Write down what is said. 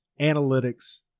analytics